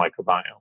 microbiome